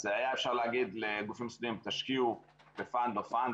אז היה אפשר להגיד לגופים מוסדיים: תשקיעו ב-fund of funds,